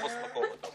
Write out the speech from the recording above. בהסכם עם הסטודנטים,